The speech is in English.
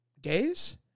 days